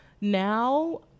now